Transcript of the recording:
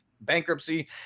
bankruptcy